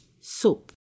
soap